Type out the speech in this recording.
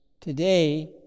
today